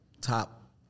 Top